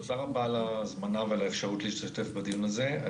תודה רבה על ההזמנה ועל האפשרות להשתתף בדיון הזה.